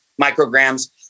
micrograms